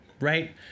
right